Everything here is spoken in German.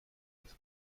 des